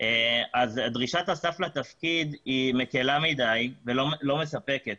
אז דרישת הסף לתפקיד היא מקלה מדי ולא מספקת.